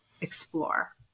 explore